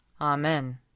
Amen